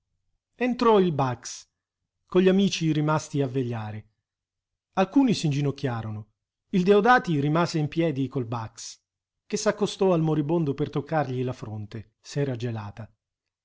entrò il bax con gli amici rimasti a vegliare alcuni s'inginocchiarono il deodati rimase in piedi col bax che s'accostò al moribondo per toccargli la fronte se era gelata